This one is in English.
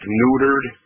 neutered